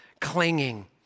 clinging